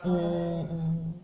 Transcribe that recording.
mm